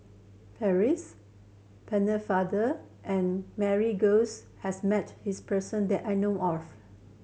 Percy Pennefather and Mary Gomes has met this person that I know of